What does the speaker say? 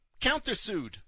countersued